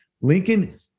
Lincoln